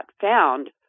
found